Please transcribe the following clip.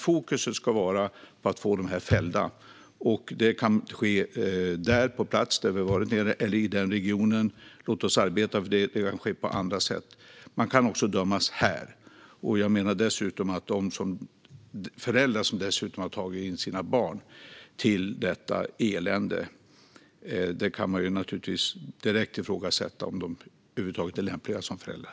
Fokus ska vara att få dem fällda, och det kan ske på plats eller i regionen. Det kan också ske på andra sätt, och man kan dömas här i Sverige. Och man kan direkt ifrågasätta om de föräldrar som har dragit in sina barn i detta elände över huvud taget är lämpliga som föräldrar.